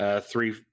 three